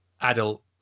adult